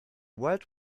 world